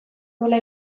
nuela